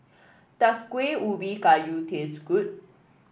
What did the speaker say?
does Kuih Ubi Kayu taste good